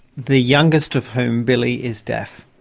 the youngest of whom, billy, is deaf.